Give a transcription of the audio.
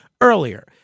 earlier